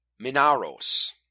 Minaros